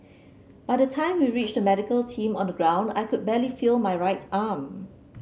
by the time we reached the medical team on the ground I could barely feel my right arm